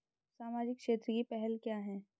सामाजिक क्षेत्र की पहल क्या हैं?